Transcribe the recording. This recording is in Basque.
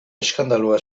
eskandalua